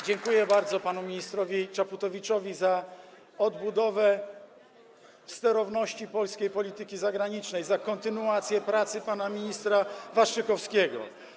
Dziękuję bardzo panu ministrowi Czaputowiczowi za odbudowę sterowalności polskiej polityki zagranicznej, za kontynuację pracy pana ministra Waszczykowskiego.